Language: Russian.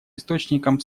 источником